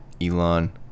Elon